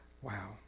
Wow